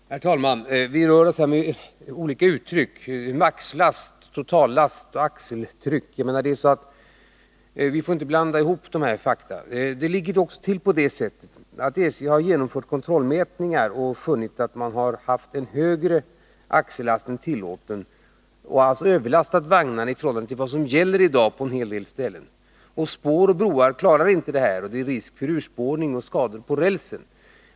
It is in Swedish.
Herr talman! Vi rör oss här med olika uttryck: maxlast, totallast och axeltryck. Men vi får inte blanda ihop dessa fakta. Det ligger till så att SJ har genomfört kontrollmätningar och funnit att vagnar haft högre axellast än tillåtet, dvs. att man överlastat vagnarna i förhållande till vad som gäller i dag på en hel del ställen. Spår och broar klarar inte det — det är risk för urspårning och skador på rälsen.